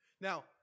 Now